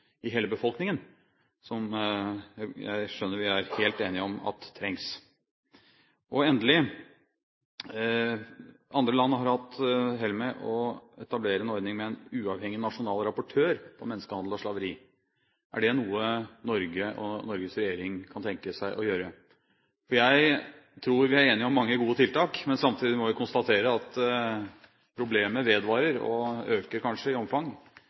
i hele befolkningen som jeg skjønner vi er helt enige om trengs. Og endelig: Andre land har hatt hell med å etablere en ordning med en uavhengig nasjonal rapportør for menneskehandel og slaveri. Er det noe Norge og Norges regjering kan tenke seg å gjøre? Jeg tror vi er enige om mange gode tiltak, men samtidig må vi konstatere at problemet vedvarer – og kanskje øker i omfang.